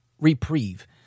reprieve